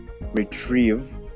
retrieve